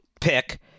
pick